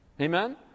Amen